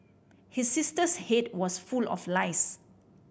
his sister's head was full of lice